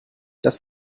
das